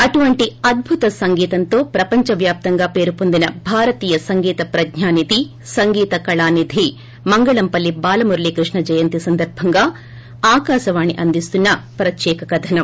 అటువంటి అద్బుత సంగీతంతో ప్రపంచ వ్యాప్తంగా పేరుపొందిన భారతీయ సంగీత ప్రజ్ఞానిధి సంగీతకళానిధి మంగళంపల్లి బాలమురళీకృష్ణ జయంతి సందర్బంగా ఆకాశవాణి అందిస్తున్న ప్రత్యేక కథనం